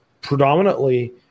predominantly